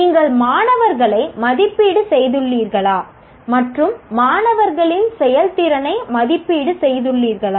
நீங்கள் மாணவர்களை மதிப்பீடு செய்துள்ளீர்களா மற்றும் மாணவர்களின் செயல்திறனை மதிப்பீடு செய்துள்ளீர்களா